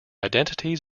identities